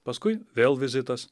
paskui vėl vizitas